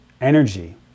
energy